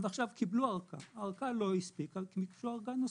הם קיבלו ארכה שלא הספיקה אז הם ביקשו ארכה נוספת.